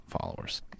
followers